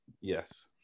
yes